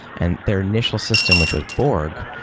and their initial system, which was borg,